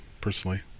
personally